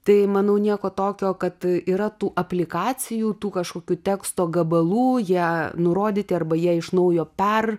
tai manau nieko tokio kad yra tų aplikacijų tų kažkokių teksto gabalų jie nurodyti arba ją iš naujo per